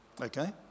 Okay